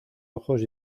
ojos